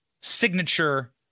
signature